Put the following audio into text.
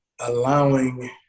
allowing